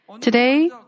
Today